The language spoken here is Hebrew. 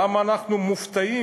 למה אנחנו מופתעים,